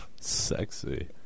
Sexy